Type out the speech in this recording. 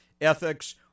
ethics